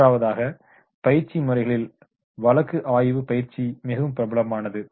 மூன்றாவதாக பயிற்சி முறைகளில் வழக்கு ஆய்வு பயிற்சி மிகவும் பிரபலமானது